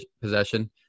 possession